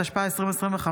התשפ"ה 2025,